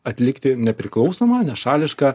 atlikti nepriklausomą nešališką